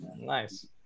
Nice